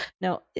Now